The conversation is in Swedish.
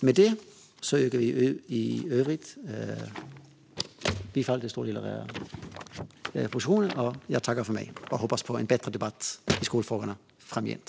I övrigt yrkar vi bifall till förslaget. Jag tackar för mig och hoppas på en bättre debatt i skolfrågorna framgent.